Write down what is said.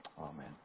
Amen